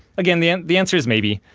again, the and the answer is maybe,